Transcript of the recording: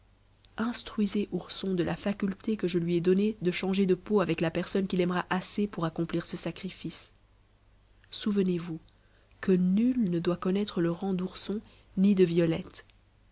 instruisez ourson de la faculté que je lui ai donnée de changer de peau avec la personne qui l'aimera assez pour accomplir ce sacrifice souvenez-vous que nul ne doit connaître le rang d'ourson ni de violette